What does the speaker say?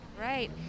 Right